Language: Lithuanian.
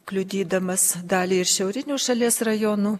kliudydamas dalį ir šiaurinių šalies rajonų